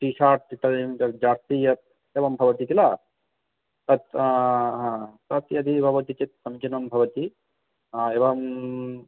T shirt जाक्तीयत् एवं भवति किल तत् तत् यदि भवति चेत् समीचीनं भवति एवं